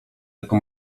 jako